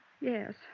Yes